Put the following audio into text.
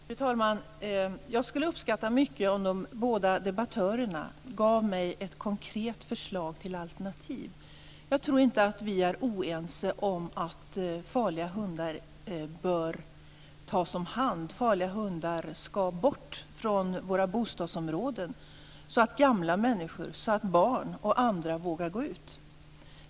Fru talman! Jag skulle uppskatta mycket om de båda debattörerna gav mig ett konkret förslag till alternativ. Jag tror inte att vi är oense om att farliga hundar bör tas om hand och ska bort från våra bostadsområden, så att gamla människor, barn och andra vågar gå ut.